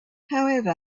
however